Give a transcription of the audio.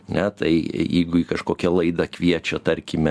ne tai jeigu į kažkokią laidą kviečia tarkime